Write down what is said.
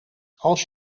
als